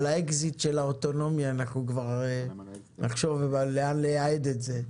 על האקזיט של הרכב האוטונומי נחשוב לאן לייעד את זה.